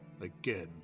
again